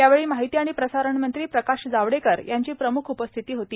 यावेळी माहिती आणि प्रसारण मंत्री प्रकाश जावडेकर यांची प्रम्ख उपस्थिती होती